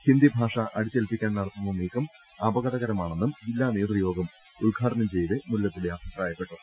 ഹിന്ദി ഭാഷ അടിച്ചേൽപ്പിക്കാൻ നടത്തുന്ന നീക്കം അപക ടകരമാണെന്നും ജില്ലാ നേതൃയോഗം ഉദ്ഘാടനം ചെയ്യവെ മുല്ലപ്പള്ളി അഭിപ്രായപ്പെട്ടു